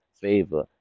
favor